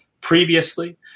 previously